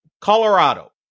Colorado